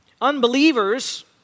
Unbelievers